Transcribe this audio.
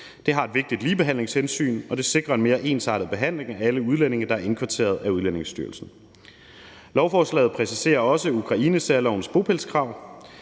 Det har et vigtigt ligebehandlingshensyn, og det sikrer en mere ensartet behandling af alle udlændinge, der er indkvarteret af Udlændingestyrelsen. Lovforslaget præciserer også Ukrainesærlovens bopælskrav.